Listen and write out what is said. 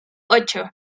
ocho